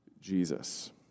Jesus